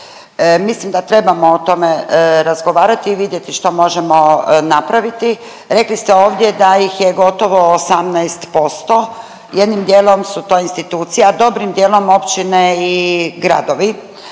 Mislim da trebamo o tome razgovarati i vidjeti što možemo napraviti. Rekli ste ovdje da ih je gotovo 18%. Jednim dijelom su to institucije, a dobrim dijelom općine i gradovi.